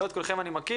לא את כולכם אני מכיר,